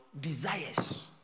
desires